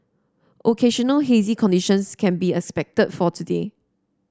occasional hazy conditions can be expected for today